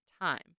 time